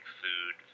food